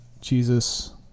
Jesus